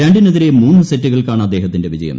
രണ്ടിനെതിരെ മൂന്ന് സെറ്റുകൾക്കാണ് അദ്ദേഹത്തിന്റെ വിജയം